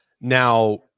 Now